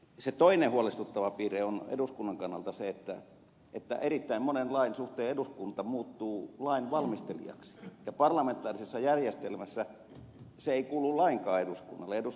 se toinen huolestuttava piirre on eduskunnan kannalta se että erittäin monen lain suhteen eduskunta muuttuu lain valmistelijaksi ja parlamentaarisessa järjestelmässä se ei kuulu lainkaan eduskunnalle